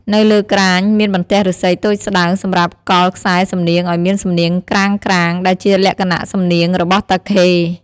នៅលើក្រាញ មានបន្ទះឫស្សីតូចស្ដើងសម្រាប់កល់ខ្សែសំនៀងឱ្យមានសំនៀងក្រាងៗ ដែលជាលក្ខណៈសំនៀងរបស់តាខេ។